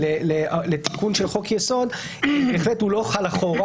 לתיקון של חוק יסוד הוא לא חל אחורה.